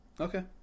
Okay